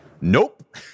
nope